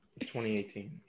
2018